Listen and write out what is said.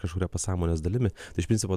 kažkuria pasąmonės dalimi tai iš principo